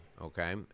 okay